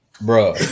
Bro